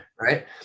Right